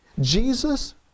Jesus